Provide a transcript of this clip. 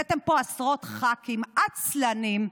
הבאתם לפה עשרות ח"כים עצלנים,